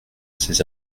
ces